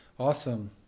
Awesome